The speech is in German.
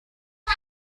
und